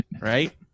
Right